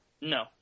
No